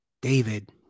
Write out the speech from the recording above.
David